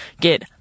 get